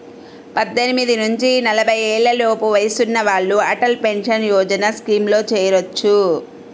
పద్దెనిమిది నుంచి నలభై ఏళ్లలోపు వయసున్న వాళ్ళు అటల్ పెన్షన్ యోజన స్కీమ్లో చేరొచ్చు